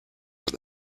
were